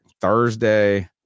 Thursday